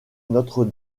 notre